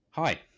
Hi